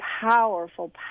powerful